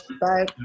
Bye